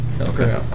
Okay